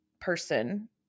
Person